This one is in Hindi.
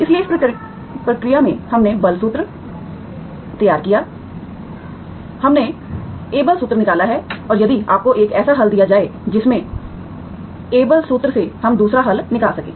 इसलिए इस प्रक्रिया में हमने एबल सूत्र Abel's formula तैयार किया हमने एबल सूत्र Abel's formula निकाला और यदि आपको एक ऐसा हल दिया जाए जिससे एबल सूत्र Abel's formula से हम दूसरा हल निकाल सकें